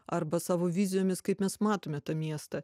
arba savo vizijomis kaip mes matome tą miestą